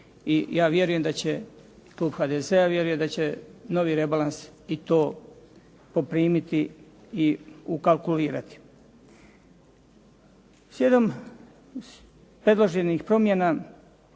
ja vjerujem da će, klub HDZ-a vjeruje da će novi rebalans i to poprimiti i ukalkulirati. Slijedom predloženih promjena